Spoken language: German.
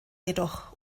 jedoch